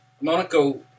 Monaco